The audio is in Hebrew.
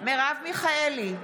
מרב מיכאלי,